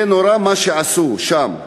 זה נורא מה שעשו שם,